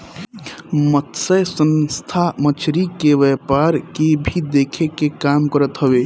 मतस्य संस्था मछरी के व्यापार के भी देखे के काम करत हवे